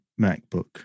MacBook